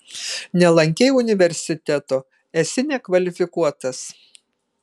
nelankei universiteto esi nekvalifikuotas